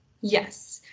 Yes